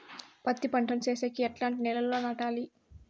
పత్తి పంట ను సేసేకి ఎట్లాంటి నేలలో నాటాలి?